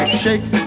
shake